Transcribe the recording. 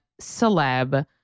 celeb